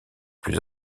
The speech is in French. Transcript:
plus